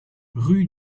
rue